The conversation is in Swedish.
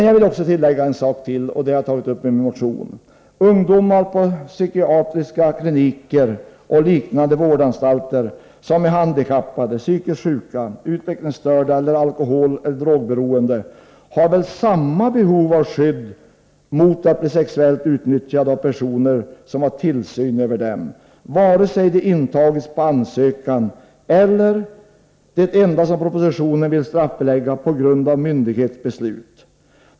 Jag vill också tillägga — det är något som jag har tagit upp i min motion: Ungdomar på psykiatriska kliniker och liknande vårdanstalter, ungdomar som är handikappade, psykiskt sjuka, utvecklingsstörda eller alkoholeller drogberoende, har väl samma behov av skydd mot att bli sexuellt utnyttjade av personer som har tillsyn över dem, vare sig de intagits på ansökan eller — det enda som man i propositionen vill straffbelägga — på grund av myndighets beslut.